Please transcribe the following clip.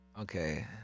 Okay